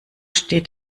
steht